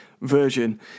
version